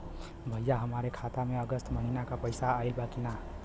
भईया हमरे खाता में अगस्त महीना क पैसा आईल बा की ना?